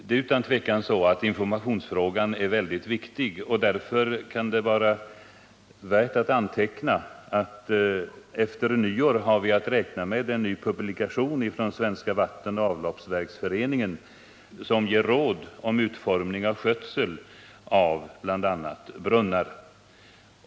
Det är utan tvivel så att informationsfrågan är väldigt viktig, och det kan därför vara värt att notera att vi efter nyår har att räkna med en ny publikation från Svenska vattenoch avloppsverksföreningen som ger råd om utformning och skötsel av bl.a. brunnar.